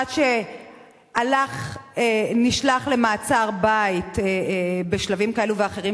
אחד שנשלח למעצר בית בשלבים כאלה ואחרים